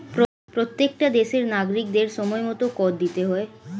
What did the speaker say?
প্রত্যেকটা দেশের নাগরিকদের সময়মতো কর দিতে হয়